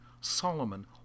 Solomon